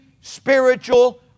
spiritual